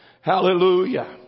Hallelujah